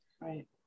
Right